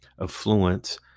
affluence